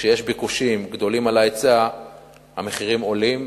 וכשיש ביקושים גדולים מההיצע המחירים עולים.